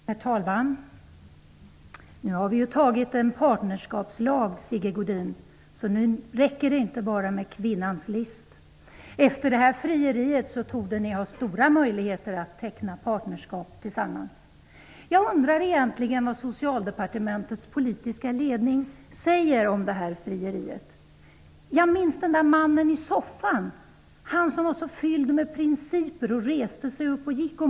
Herr talman! Nu har vi antagit en partnerskapslag, Sigge Godin, så nu räcker det inte bara med kvinnans list. Efter detta frieri torde ni ha stora möjligheter att teckna partnerskap tillsammans. Jag undrar egentligen vad Socialdepartementets politiska ledning säger om detta frieri. Jag minns mannen i soffan, han som var så fylld av principer och reste sig upp och gick.